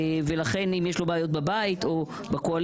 ולכן אם יש לו בעיות בבית או בקואליציה,